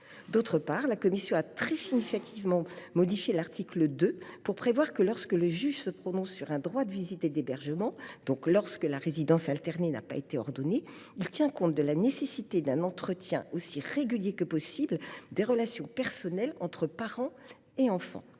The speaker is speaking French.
D’autre part, la commission a très significativement modifié l’article 2 pour que le juge, lorsqu’il se prononce sur un droit de visite et d’hébergement (DVH), c’est à dire lorsque la résidence alternée n’a pas été ordonnée, tienne compte de la nécessité d’un entretien aussi régulier que possible des relations personnelles entre parent et enfant.